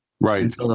Right